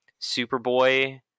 Superboy